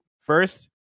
first